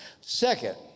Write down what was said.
Second